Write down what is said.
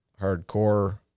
hardcore